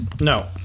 No